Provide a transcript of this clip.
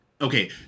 okay